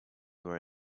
were